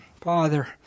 Father